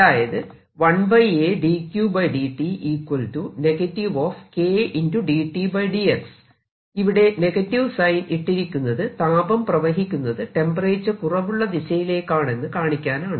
അതായത് ഇവിടെ negative sign ഇട്ടിരിക്കുന്നത് താപം പ്രവഹിക്കുന്നത് ടെമ്പറേച്ചർ കുറവുള്ള ദിശയിലേക്കാണെന്നു കാണിക്കാനാണ്